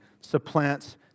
supplants